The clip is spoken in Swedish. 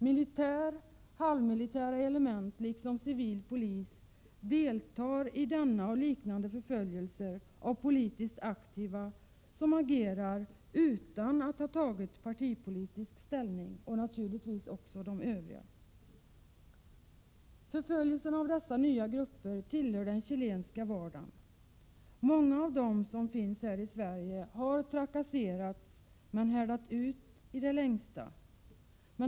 Militär, halvmilitära element liksom civil polis deltar i denna och liknande förföljelser av politiskt aktiva som agerar utan att ha tagit partipolitisk ställning. Förföljelsen av dessa nya grupper tillhör den chilenska vardagen. Många av dem som finns här i Sverige har trakasserats men härdat ut i det längsta.